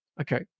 Okay